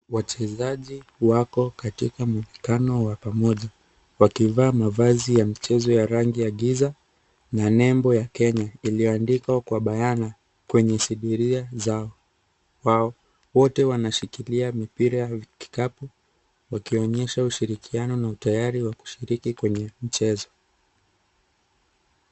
Wachezaji wako katika mkutano wa pamoja. Wakivaa mavazi ya michezo ya rangi ya giza na nembo ya Kenya iliyoandikwa kwa bayana kwenye sibiria zao. Wote wanashikilia mipira wa kikapu wakionyesha ushirikiano na utayari wa kushiriki kwenye michezo.